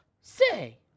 Say